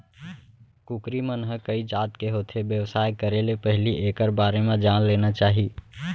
कुकरी मन कइ जात के होथे, बेवसाय करे ले पहिली एकर बारे म जान लेना चाही